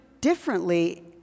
differently